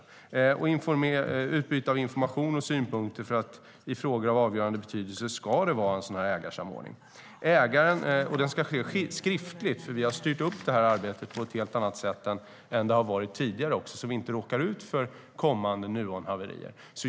Det ska vara ett utbyte av information och synpunkter i frågor av avgörande betydelse i en ägarsamordning, och den ska ske skriftligt. Vi har styrt upp det här arbetet på ett helt annat sätt jämfört med tidigare för att vi inte ska råka ut för kommande Nuonhaverier.